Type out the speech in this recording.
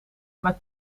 maar